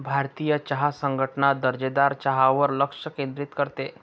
भारतीय चहा संघटना दर्जेदार चहावर लक्ष केंद्रित करते